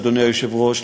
אדוני היושב-ראש,